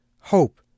Hope